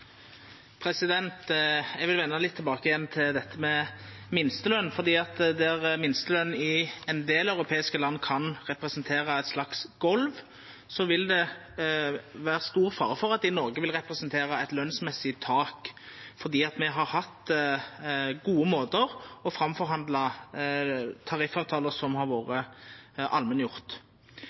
Eg vil venda litt tilbake igjen til dette med minsteløn, for der minsteløn i ein del europeiske land kan representera eit slags golv, vil det vera stor fare for at det i Noreg vil representera eit lønsmessig tak, fordi me har hatt gode måtar å forhandla fram tariffavtalar som har vore